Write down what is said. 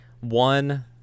one